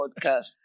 Podcast